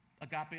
agape